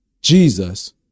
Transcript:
Jesus